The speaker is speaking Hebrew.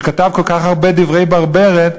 שכתב כל כך הרבה דברי ברברת,